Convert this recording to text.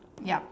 yeap